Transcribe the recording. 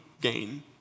gain